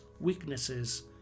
weaknesses